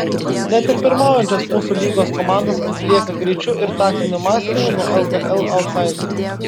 net ir pirmaujančios mūsų lygos komandos atsilieka greičiu ir taktiniu mąstymu nuo lkl autsaiderių